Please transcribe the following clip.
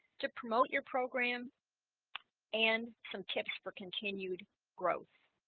to promote your program and some tips for continued growth